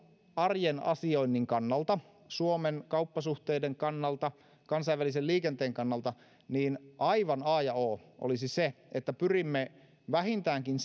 arjen asioinnin kannalta suomen kauppasuhteiden kannalta ja kansainvälisen liikenteen kannalta aivan a ja o olisi se että pyrimme vähintäänkin